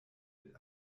mit